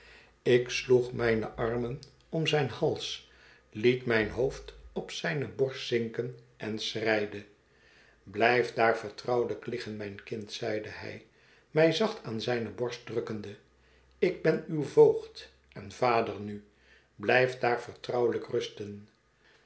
ik sloeg mijne armen om zijn hals liet mijn hoofd op zijne borst zinken en schreide blijf daar vertrouwelijk liggen mijn kind zeide hij mij zacht aan zijne borst drukkende ik ben uw voogd en vader nu blijf daar vertrouwelijk rusten